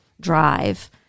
drive